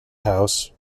house